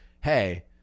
hey